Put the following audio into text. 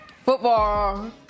football